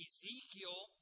Ezekiel